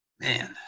Man